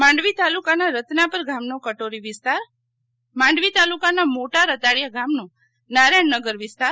માંડવી તાલુકાના રત્નાપર ગામનો કટોરી વિસ્તાર માંડવી તાલુકાના મોટા રતાડીયા ગામનો નારાયણનગર વિસ્તાર